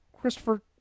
christopher